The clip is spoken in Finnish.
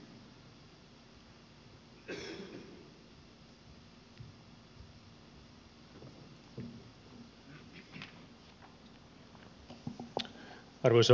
arvoisa puhemies